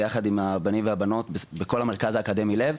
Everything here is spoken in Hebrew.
ביחד עם הבנים והבנות בכל המרכז האקדמי לב,